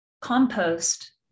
compost